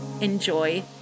Enjoy